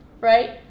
Right